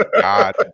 God